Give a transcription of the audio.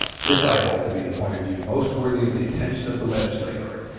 this i hold to be the point of view most worthy of the attention of the legislator,